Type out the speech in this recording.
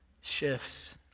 shifts